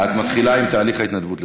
את מתחילה בתהליך ההתנדבות לצה"ל.